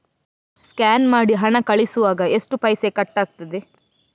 Scan ಮಾಡಿ ಹಣ ಕಳಿಸುವಾಗ ಎಷ್ಟು ಪೈಸೆ ಕಟ್ಟಾಗ್ತದೆ?